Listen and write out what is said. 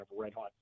red-hot